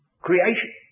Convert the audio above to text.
creation